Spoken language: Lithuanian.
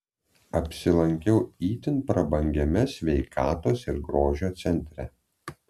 apsilankiau itin prabangiame sveikatos ir grožio centre